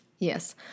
Yes